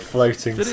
Floating